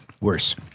worse